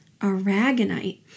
aragonite